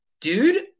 Dude